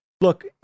Look